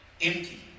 empty